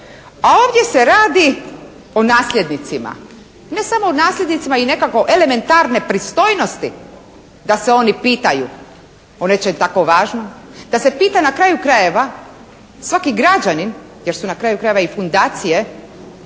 A ovdje se radi o nasljednicima, ne samo nasljednicima i nekako elementarne pristojnosti da se oni pitaju o nečem tako važnom, da se pita na kraju krajeva svaki građanin, jer su na kraju krajeva i fundacije